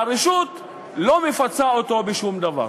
והרשות לא מפצה אותו בשום דבר.